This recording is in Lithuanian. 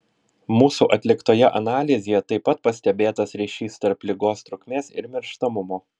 mūsų atliktoje analizėje taip pat pastebėtas ryšys tarp ligos trukmės ir mirštamumo